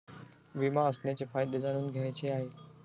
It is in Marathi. विमा असण्याचे फायदे जाणून घ्यायचे आहे